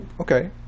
okay